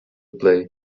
play